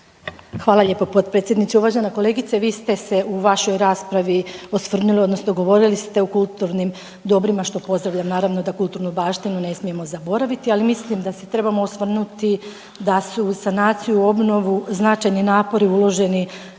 Hvala lijepo potpredsjedniče. Uvažena kolegice vi ste se u vašoj raspravi osvrnuli odnosno govorili ste o kulturnim dobrima, što pozdravljam naravno da kulturnu baštinu ne smijemo zaboraviti, ali mislim da se trebamo osvrnuti da se u sanaciju, u obnovu značajni napori uloženi